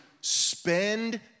spend